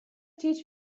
teach